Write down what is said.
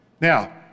Now